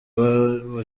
wabo